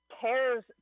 cares